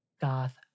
goth